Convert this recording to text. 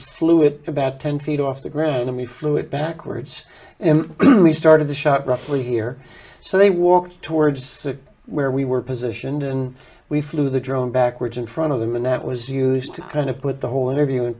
it about ten feet off the ground and we flew it backwards and we started the shot roughly here so they walked towards where we were positioned and we flew the drone backwards in front of them and that was used to kind of put the whole interview in